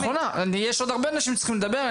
אחרונה, כי יש עוד הרבה אנשים שצריכים לדבר.